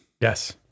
Yes